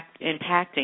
impacting